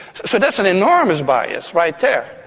so that's an enormous bias right there.